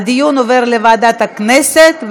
הדיון עובר לוועדת הכנסת,